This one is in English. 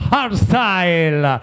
Hardstyle